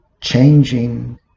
changing